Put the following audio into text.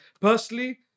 personally